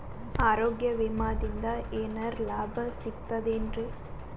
ಆರೋಗ್ಯ ವಿಮಾದಿಂದ ಏನರ್ ಲಾಭ ಸಿಗತದೇನ್ರಿ?